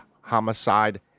homicide